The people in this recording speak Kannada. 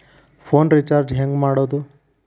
ಫೋನ್ ರಿಚಾರ್ಜ್ ಹೆಂಗೆ ಮಾಡೋದು?